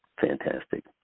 fantastic